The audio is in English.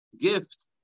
gift